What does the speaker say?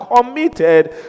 committed